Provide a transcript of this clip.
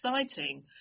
exciting